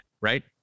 right